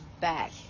back